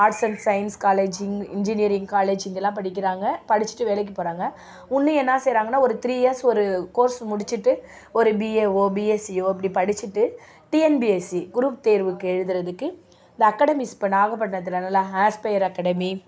arts and science college இ engineering college இங்கேல்லாம் படிக்கிறாங்க படிச்சுட்டு வேலைக்குப் போகிறாங்க இன்னும் என்ன செய்கிறாங்கன்னா ஒரு த்ரீ இயர்ஸ் ஒரு கோர்ஸ் முடிச்சுட்டு ஒரு பிஏவோ பிஎஸ்சியோ இப்படி படிச்சுட்டு டிஎன்பிஎஸ்சி க்ரூப் தேர்வுக்கு எழுதுறதுக்கு அந்த அக்கடமீஸ் இப்போ நாகப்பட்டினத்துல நல்லா ஆஸ்பெயர் அக்கடமி